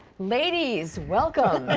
ladies, welcome.